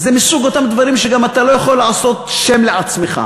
זה מסוג אותם דברים שגם אתה לא יכול לעשות שם לעצמך,